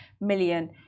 million